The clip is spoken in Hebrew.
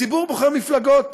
הציבור בוחר מפלגות.